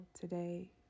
today